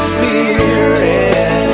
Spirit